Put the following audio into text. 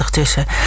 tussen